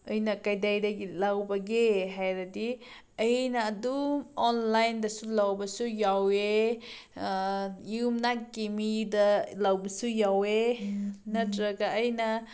ꯑꯩꯅ ꯀꯗꯥꯏꯗꯒꯤ ꯂꯧꯕꯒꯦ ꯍꯥꯏꯔꯗꯤ ꯑꯩꯅ ꯑꯗꯨꯝ ꯑꯣꯟꯂꯥꯏꯟꯗꯁꯨ ꯂꯧꯕꯁꯨ ꯌꯥꯎꯋꯦ ꯌꯨꯝꯅꯥꯛꯀꯤ ꯃꯤꯗ ꯂꯧꯕꯁꯨ ꯌꯥꯎꯋꯦ ꯅꯠꯇ꯭ꯔꯒ ꯑꯩꯅ